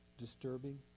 disturbing